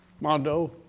Mondo